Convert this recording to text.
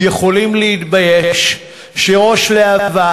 יכולים להתבייש שראש להב"ה,